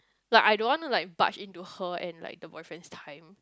like I don't want to like budge into her and like the boyfriend's time